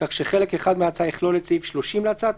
כך שחלק אחד מההצעה יכלול את סעיף 30 להצעת